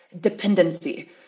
dependency